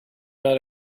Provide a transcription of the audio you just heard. not